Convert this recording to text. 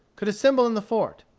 could assemble in the fort.